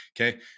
okay